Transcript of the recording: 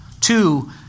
Two